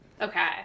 Okay